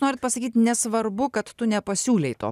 norit pasakyt nesvarbu kad tu nepasiūlei to